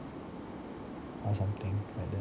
or something like that